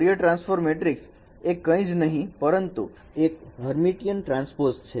Fourier transform matrix એ કંઈ જ નહીં પરંતુ એક હર્મીટીયન ટ્રાન્સપોજ છે